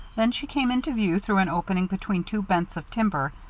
then she came into view through an opening between two bents of timber,